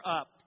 up